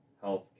health